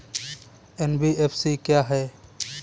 NBFC क्या है?